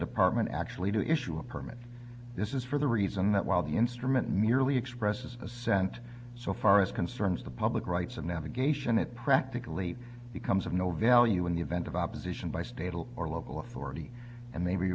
department actually to issue a permit this is for the reason that while the instrument merely expresses assent so far as concerns the public rights of navigation it practically becomes of no value in the event of opposition by state or local authority and